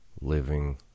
living